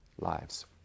lives